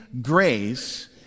grace